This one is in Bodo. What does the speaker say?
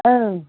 औ